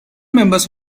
members